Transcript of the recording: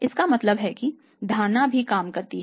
इसका मतलब है कि धारणा भी काम करती है